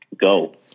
Go